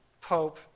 Pope